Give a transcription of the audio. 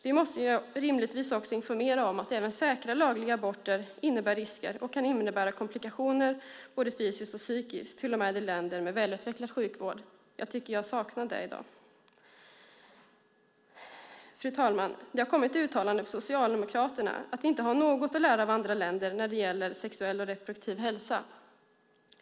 Vi måste rimligtvis informera om att även säkra lagliga aborter innebär risker och kan innebära komplikationer både fysiskt och psykiskt till och med i länder med välutvecklad sjukvård. Jag tycker att jag har saknat detta i dag. Fru talman! Det har kommit uttalanden från Socialdemokraterna om att vi inte har något att lära av andra länder när det gäller sexuell och reproduktiv hälsa.